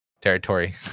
territory